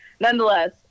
nonetheless